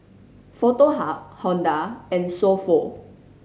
Foto Hub Honda and So Pho